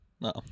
no